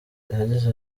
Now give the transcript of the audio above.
yagize